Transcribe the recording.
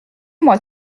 moi